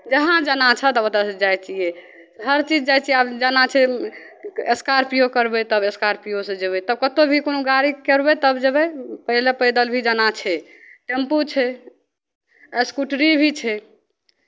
जहाँ जाना छै ओतयसँ जाइ छियै हर चीज जाइ छियै आब जाना छै स्कार्पिओ करबै तब स्कार्पिओसँ जेबै तब कतहु भी कोनो गाड़ी करबै तब जेबै पहिले पैदल भी जाना छै टेम्पू छै एस्कूटरी भी छै